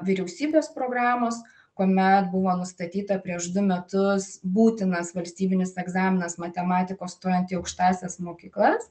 vyriausybės programos kuomet buvo nustatyta prieš du metus būtinas valstybinis egzaminas matematikos stojant į aukštąsias mokyklas